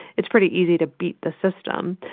it's pretty easy to beat the system,